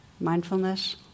Mindfulness